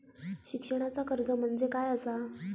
शिक्षणाचा कर्ज म्हणजे काय असा?